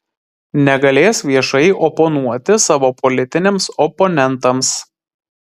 negalės viešai oponuoti savo politiniams oponentams